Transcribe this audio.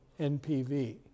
NPV